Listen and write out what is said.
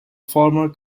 former